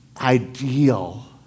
ideal